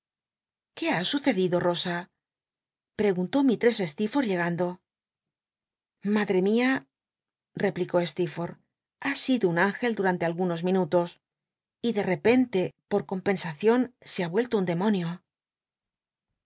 qué ha sucedido rosa preguntó mistress steerforth llegando liadrc mia repl icó slcerforth ha sido un ingel durante algunos minutos y de repen te por compensacion se ha uello un demonio